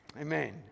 Amen